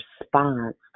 response